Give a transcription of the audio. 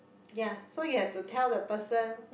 yea so you have to tell the person